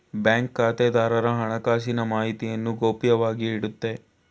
bank ಖಾತೆದಾರರ ಹಣಕಾಸಿನ ಮಾಹಿತಿಯನ್ನು ಗೌಪ್ಯವಾಗಿ ಇಡುತ್ತೆ